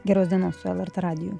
geros dienos su lrt radiju